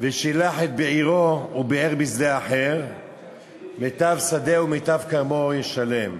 וְשִׁלַּח את בעירו וּבִעֵר בשדה אחר מיטב שדהו ומיטב כרמו ישלם".